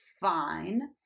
fine